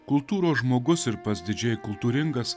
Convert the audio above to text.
kultūros žmogus ir pats didžiai kultūringas